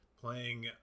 playing